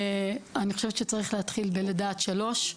אני חושבת שצריך להתחיל בלידה עד שלוש,